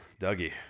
Dougie